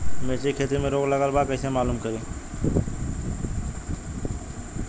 मिर्ची के खेती में रोग लगल बा कईसे मालूम करि?